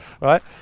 right